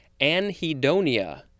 anhedonia